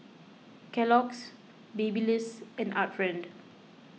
Kellogg's Babyliss and Art Friend